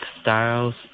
styles